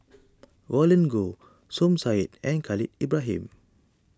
Roland Goh Som Said and Khalil Ibrahim